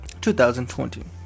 2020